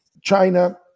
China